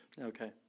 Okay